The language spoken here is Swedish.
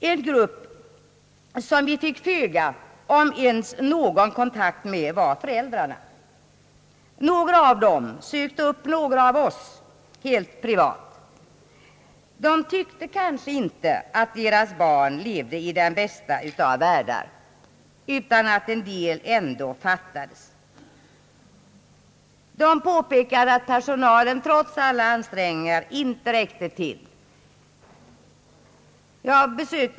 En grupp som vi fick föga, om ens någon kontakt med var föräldrarna. En del av dem sökte helt privat upp några av oss. De tyckte kanske inte att deras barn levde i den bästa av världar utan att en del ändå fattades. De påpekade att personalen trots alla ansträngningar inte räckte till.